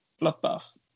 bloodbath